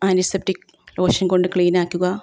antiseptic lotion കൊണ്ട് ക്ളീനാക്കുക